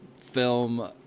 film